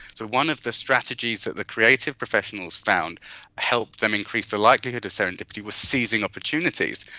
so one of the strategies that the creative professionals found helped them increase the likelihood of serendipity was seizing opportunities.